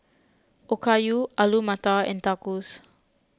Okayu Alu Matar and Tacos